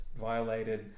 violated